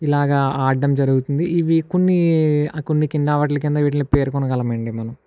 ఇలాగా ఆడడం జరుగుతుంది ఇవి కొన్ని కొన్ని కింద వాటిల కింద వీటిని పేర్కొనగలము అండి మనం